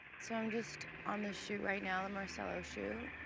so i'm just on this shoot right now the marcelo shoot.